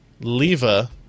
Leva